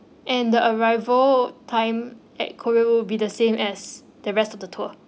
and the arrival time at korea will be the same as the rest of the tour